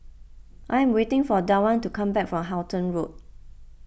I am waiting for Dwan to come back from Halton Road